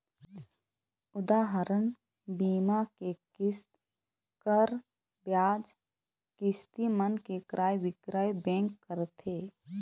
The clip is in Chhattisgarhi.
उदाहरन, बीमा के किस्त, कर, बियाज, किस्ती मन के क्रय बिक्रय बेंक करथे